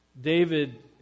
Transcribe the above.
David